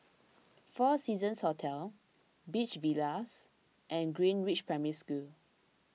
four Seasons Hotel Beach Villas and Greenridge Primary School